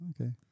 Okay